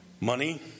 Money